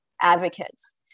advocates